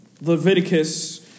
Leviticus